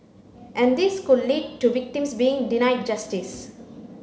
and this could lead to victims being denied justice